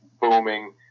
booming